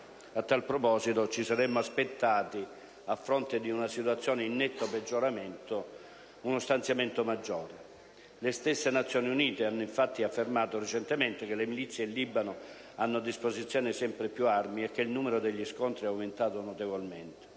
A tal proposito ci saremmo aspettati, a fronte di una situazione in netto peggioramento, uno stanziamento maggiore. Le stesse Nazioni Unite hanno infatti affermato recentemente che le milizie in Libano hanno a disposizione sempre più armi e che il numero degli scontri è aumentato notevolmente